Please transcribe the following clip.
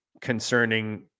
concerning